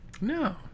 No